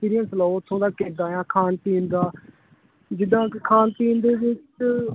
experience ਲਓ ਉੱਥੋਂ ਦਾ ਕਿੱਦਾਂ ਇਆ ਖਾਣ ਪੀਣ ਦਾ ਜਿੱਦਾਂ ਕਿ ਖਾਣ ਪੀਣ ਦੇ ਵਿੱਚ